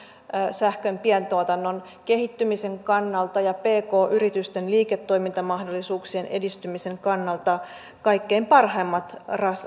sähkön pientuotannon kehittymisen kannalta ja pk yritysten liiketoimintamahdollisuuksien edistymisen kannalta kaikkein parhaimmat